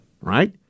right